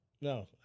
No